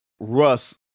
Russ